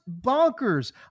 bonkers